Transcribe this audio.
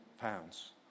pounds